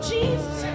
Jesus